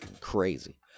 crazy